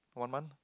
one month